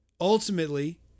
ultimately